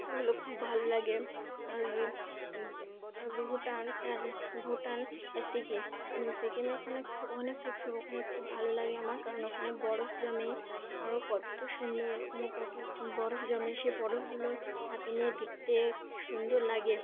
এগুলো খুব ভালো লাগে আর আর ভুটান আর ভুটান আর সিকিম সিকিমের ওখানে ওখানে খুব ওখানে খুব ভালো লাগে আমার কারণ ওখানে বরফ জমে আরও কত সুন্দর ওখানে কত বরফ জমে সে বরফগুলো হাতে নিয়ে দেখতে সুন্দর লাগে